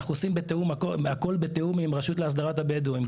אנחנו עושים הכל בתיאום עם הרשות להסדרת הבדואים.